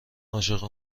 عاشق